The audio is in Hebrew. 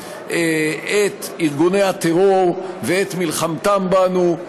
את ארגוני הטרור ואת מלחמתם בנו.